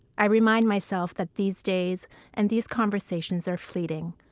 i remind myself that these days and these conversations are fleeting.